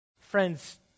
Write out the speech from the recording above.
Friends